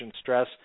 stress